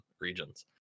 regions